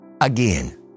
again